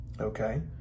Okay